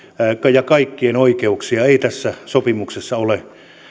ja kaikkien oikeuksia ei tässä sopimuksessa ole